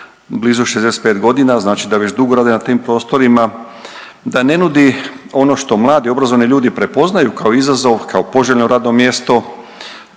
blizu 65 godina, znači da već dugo rade na tim prostorima, da ne nudi ono što mladi obrazovani ljudi prepoznaju kao izazov, kao poželjno radno mjesto,